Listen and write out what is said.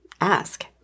ask